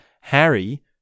Harry